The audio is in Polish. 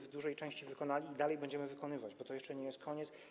W dużej części to wykonaliśmy i dalej będziemy wykonywać, bo to jeszcze nie jest koniec.